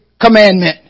commandment